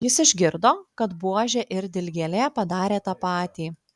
jis išgirdo kad buožė ir dilgėlė padarė tą patį